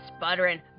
sputtering